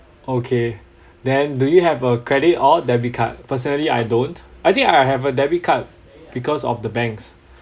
okay then do you have a credit or debit card personally I don't I think I have a debit card because of the banks